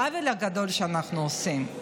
העוול הגדול שאנחנו עושים.